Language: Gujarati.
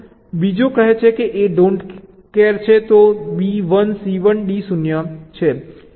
બીજો કહે છે કે A ડોન્ટ કેર છે તો B 1 C 1 D 0 છે